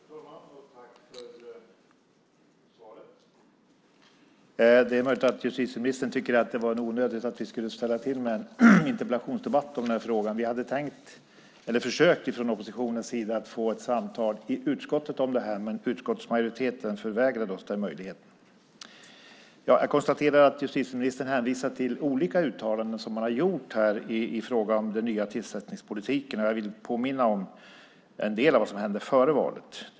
Herr talman! Först vill jag tacka ministern för svaret. Det är möjligt att justitieministern tycker att det var onödigt att ställa till med en interpellationsdebatt om den här frågan. Från oppositionens sida försökte vi få ett samtal i utskottet om det här, men utskottsmajoriteten förvägrade oss den möjligheten. Jag konstaterar att justitieministern hänvisar till olika uttalanden som gjorts här i fråga om den nya tillsättningspolitiken. Jag vill påminna om en del av det som hände före valet.